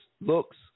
looks